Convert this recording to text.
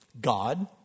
God